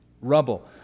rubble